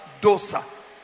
Dosa